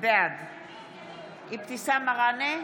בעד אבתיסאם מראענה,